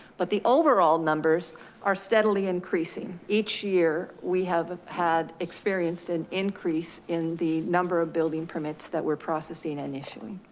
but the overall numbers are steadily increasing. each year, we have had experienced an increase in the number of building permits that were processing initially.